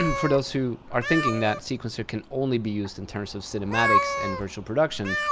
um for those who are thinking that sequencer can only be used in terms of cinematics and virtual production,